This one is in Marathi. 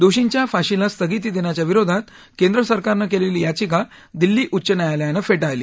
दोषींच्या फाशीला स्थगिती देण्याच्या विरोधात केंद्र सरकानं केलेली याचिका दिल्ली उच्च न्यायालयानं फेटाळली